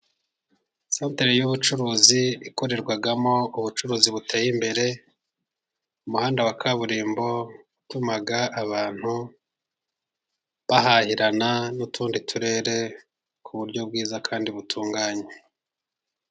Santere y'ubucuruzi ikorerwamo ubucuruzi buteye imbere. Umuhanda wa kaburimbo utuma abantu bahahirana n'utundi turere, ku buryo bwiza kandi butunganye.